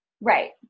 right